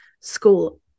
School